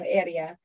area